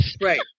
Right